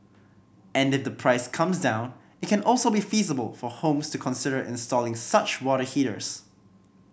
and if the price comes down it can also be feasible for homes to consider installing such water heaters